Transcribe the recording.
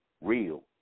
real